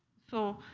so